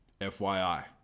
FYI